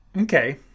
okay